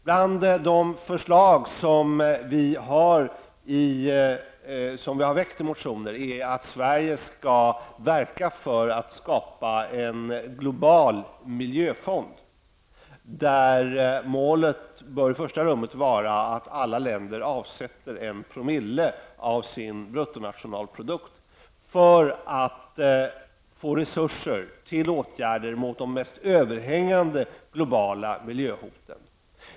Bland de förslag som vi har väckt i motioner finns förslaget att Sverige skall verka för att skapa en global miljöfond. Målet bör i första rummet vara att alla länder avsätter en promille av sin bruttonationalprodukt, så att resurser byggs upp till åtgärder mot de mest överhängande globala miljöhoten.